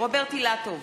רוברט אילטוב,